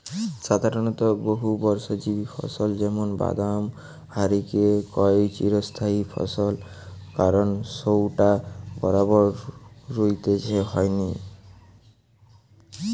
সাধারণত বহুবর্ষজীবী ফসল যেমন বাদাম হারিকে কয় চিরস্থায়ী ফসল কারণ সউটা বারবার রুইতে হয়নি